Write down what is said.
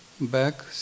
back